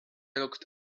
locked